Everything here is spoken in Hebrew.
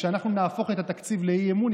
כשאנחנו נהפוך את התקציב לאי-אמון,